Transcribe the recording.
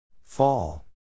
Fall